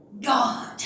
God